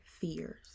fears